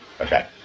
Okay